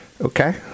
Okay